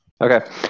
Okay